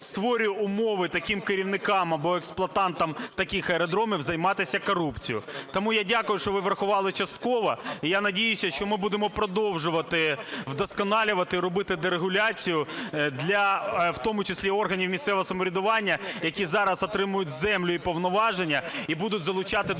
створює умови таким керівникам або експлуатантам таких аеродромів займатися корупцією. Тому я дякую, що ви врахували частково, і я надіюся, що ми будемо продовжувати вдосконалювати, робити дерегуляцію для в тому числі органів місцевого самоврядування, які зараз отримують землю і повноваження, і будуть залучати додаткові